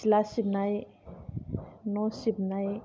सिथला सिबनाय न' सिबनाय